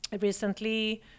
recently